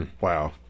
Wow